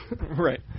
Right